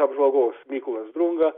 apžvalgos mykolas drunga